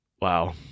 Wow